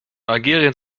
algerien